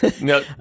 No